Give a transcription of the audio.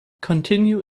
continue